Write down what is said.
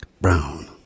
brown